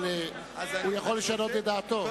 הוא יכול לשנות את דעתו.